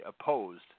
opposed